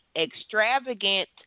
extravagant